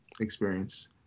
experience